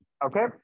Okay